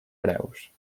preus